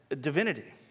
divinity